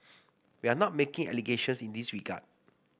we are not making allegations in this regard